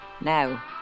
Now